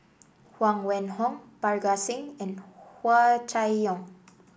Huang Wenhong Parga Singh and Hua Chai Yong